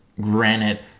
granite